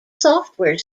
software